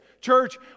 church